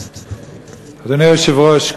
אדוני היושב-ראש,